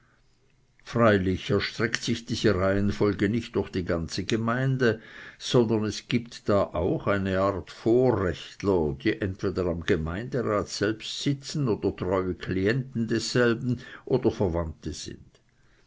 freilich erstreckt sich diese reihenfolge nicht durch die ganze gemeinde sondern es gibt da auch eine art vorrechtler die entweder am gemeinderat selbst sitzen oder treue klienten desselben oder verwandte sind